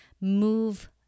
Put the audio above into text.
move